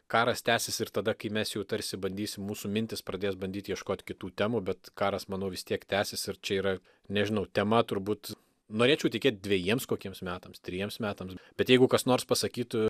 karas tęsis ir tada kai mes jau tarsi bandysim mūsų mintys pradės bandyt ieškot kitų temų bet karas manau vis tiek tęsis ir čia yra nežinau tema turbūt norėčiau tikėt dvejiems kokiems metams trejiems metams bet jeigu kas nors pasakytų